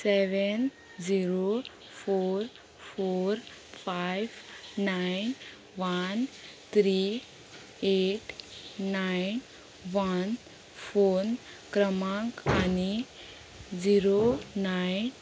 seven zero four four five nine one three eight nine one phone क्रमांक आनी zero nine